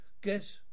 Guess